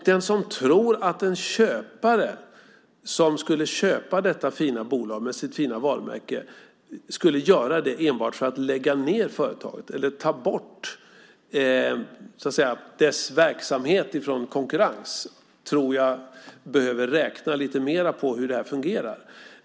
Den som tror att en köpare av detta fina bolag, med dess goda varumärke, skulle köpa det enbart för att lägga ned det eller ta bort dess verksamhet från konkurrens behöver nog räkna lite mer på hur det hela fungerar.